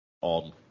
on